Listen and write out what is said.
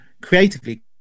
creatively